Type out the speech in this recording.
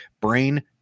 brain